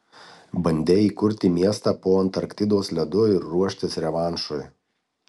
bandei įkurti miestą po antarktidos ledu ir ruoštis revanšui